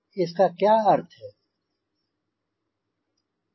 इसका क्या अर्थ है